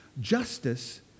Justice